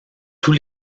tous